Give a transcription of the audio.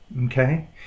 Okay